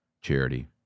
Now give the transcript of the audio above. charity